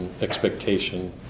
expectation